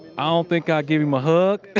i don't think i gave him a hug.